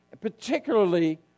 particularly